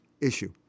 issue